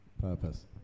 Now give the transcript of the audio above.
purpose